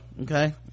okay